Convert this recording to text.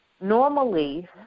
Normally